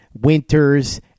winters